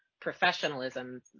professionalism